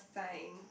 fine